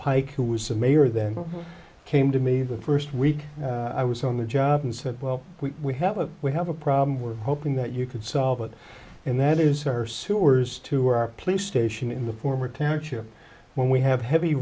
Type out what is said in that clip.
pike who was the mayor then came to me the first week i was on the job and said well we have a we have a problem we're hoping that you could solve it and that is our sewers to our play station in the former township when we have heavy